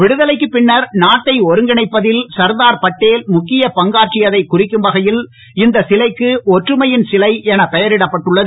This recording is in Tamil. விடுதலைக்குப் பின்னர் நாட்டை ஒருங்கிணைப்பதில் சர்தார் பட்டேல் முக்கியப் பங்காற்றியதைக் குறிக்கும் வகையில் இந்த சிலைக்கு ஒற்றுமையின் சிலை எனப் பெயரிடப்பட்டுள்ளது